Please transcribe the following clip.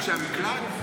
מבקשי המקלט,